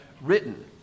written